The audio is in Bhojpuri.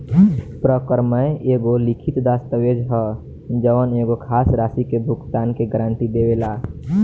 परक्रमय एगो लिखित दस्तावेज ह जवन एगो खास राशि के भुगतान के गारंटी देवेला